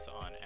on